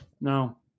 no